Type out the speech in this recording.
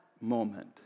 moment